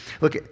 Look